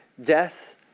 death